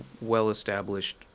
well-established